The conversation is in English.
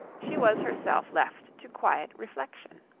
she was herself left to quiet reflection.